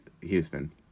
Houston